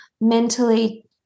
mentally